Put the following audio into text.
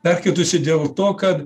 perkaitusi dėl to kad